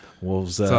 Wolves